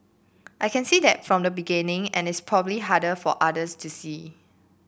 I can see that from the beginning and it's probably harder for others to see